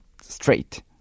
straight